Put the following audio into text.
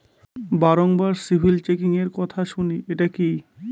বারবার সিবিল চেকিংএর কথা শুনি এটা কি?